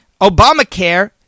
Obamacare